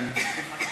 אדוני.